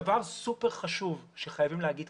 דבר סופר חשוב שחייבים לומר כאן.